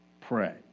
Pray